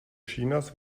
chinas